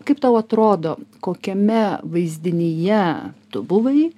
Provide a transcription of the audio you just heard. kaip tau atrodo kokiame vaizdinyje tu buvai